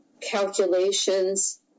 calculations